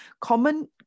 common